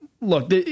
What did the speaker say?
Look